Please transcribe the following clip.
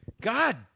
God